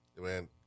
Man